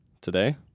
today